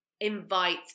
invite